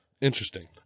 Interesting